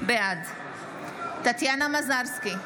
בעד טטיאנה מזרסקי,